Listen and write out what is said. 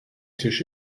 tisch